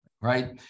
right